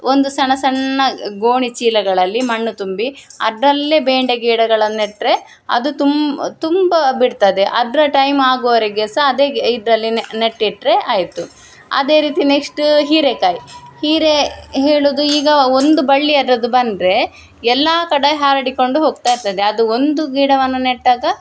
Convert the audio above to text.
ಒಂದು ಸಣ್ಣ ಸಣ್ಣ ಗೋಣಿಚೀಲಗಳಲ್ಲಿ ಮಣ್ಣು ತುಂಬಿ ಅದರಲ್ಲೇ ಬೆಂಡೆ ಗಿಡಗಳನ್ನ ನೆಟ್ಟರೆ ಅದು ತುಂಬ ಬಿಡ್ತದೆ ಅದರ ಟೈಮ್ ಆಗುವವರೆಗೆ ಸಹ ಅದೇ ಇದರಲ್ಲಿ ನೆಟ್ಟು ಇಟ್ಟರೆ ಆಯಿತು ಅದೇ ರೀತಿ ನೆಕ್ಸ್ಟ ಹೀರೆಕಾಯಿ ಹೀರೆ ಹೇಳುವುದು ಈಗ ಒಂದು ಬಳ್ಳಿ ಅದರದು ಬಂದರೆ ಎಲ್ಲ ಕಡೆ ಹರಡಿಕೊಂಡು ಹೋಗ್ತ ಇರ್ತದೆ ಅದು ಒಂದು ಗಿಡವನ್ನು ನೆಟ್ಟಾಗ